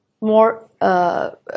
more